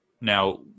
Now